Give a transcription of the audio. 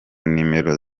nimero